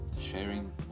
sharing